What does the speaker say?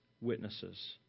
witnesses